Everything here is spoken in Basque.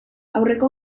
aurreko